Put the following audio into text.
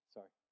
Sorry